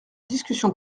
discussion